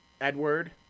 Edward